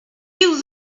you